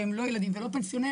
שהם לא ילדים ולא פנסיונרים,